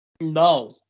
No